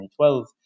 2012